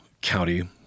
county